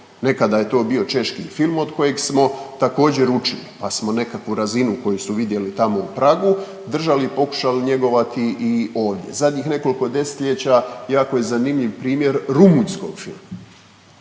Nekada je to bio češki film od kojeg smo također učili, pa smo nekakvu razinu koju su vidjeli tamo u Pragu držali i pokušali njegovati i ovdje. Zadnjih nekoliko desetljeća jako je zanimljiv primjer rumunjskog filma.